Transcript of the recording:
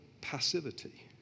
passivity